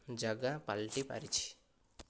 ଜାଗା ପାଲଟି ପାରିଛି